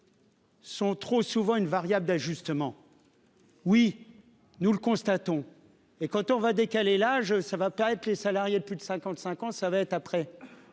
Sont trop souvent une variable d'ajustement. Oui, nous le constatons et quand on va décaler l'âge ça va pas être les salariés de plus de 55 ans, ça va être après.